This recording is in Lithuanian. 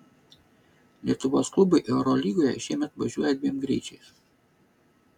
lietuvos klubai eurolygoje šiemet važiuoja dviem greičiais